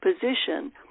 position